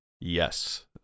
Yes